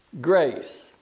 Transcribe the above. grace